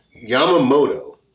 Yamamoto